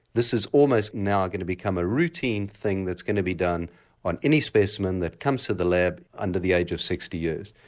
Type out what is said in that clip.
this is almost now going to become a routine thing that's going to be done on any specimen that comes to the lab under the age of sixty years.